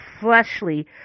fleshly